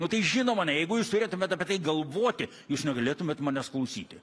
nu tai žinoma ne jeigu jūs turėtumėt apie tai galvoti jūs negalėtumėt manęs klausyti